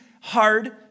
hard